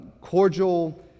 cordial